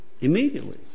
immediately